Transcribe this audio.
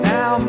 Now